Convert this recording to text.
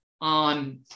on